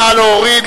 נא להוריד.